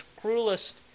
cruelest